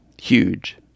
huge